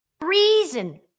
Reason